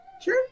Sure